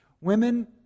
Women